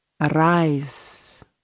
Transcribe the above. arise